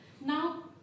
Now